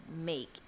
make